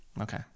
Okay